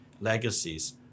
legacies